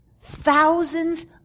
Thousands